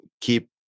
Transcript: keep